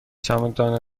چمدان